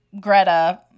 Greta